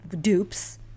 dupes